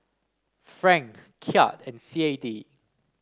franc Kyat and C A D